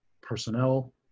personnel